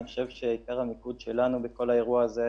אני חושב שעיקר המיקוד שלנו בכל האירוע הזה,